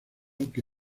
que